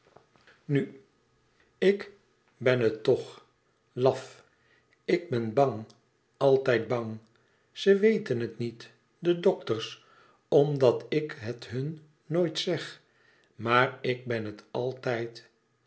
en ik ben het toch laf ik ben bang altijd bang ze weten het niet de dokters omdat ik het hun nooit zeg maar ik ben het altijd